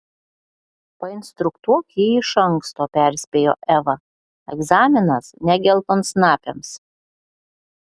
painstruktuok jį iš anksto perspėjo eva egzaminas ne geltonsnapiams